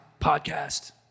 podcast